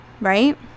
right